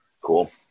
Cool